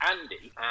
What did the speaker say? Andy